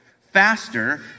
faster